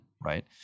right